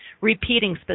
repeating